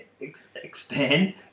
Expand